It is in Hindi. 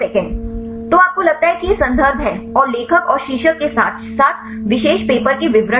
तो आपको लगता है कि ये संदर्भ हैं और लेखक और शीर्षक के साथ साथ विशेष पेपर के विवरण भी हैं